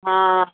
ਹਾਂ